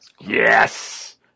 yes